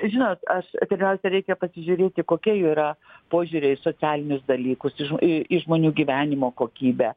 žinot aš pirmiausia reikia pasižiūrėti kokie yra požiūriai į socialinius dalykus į į žmonių gyvenimo kokybę